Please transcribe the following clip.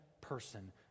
person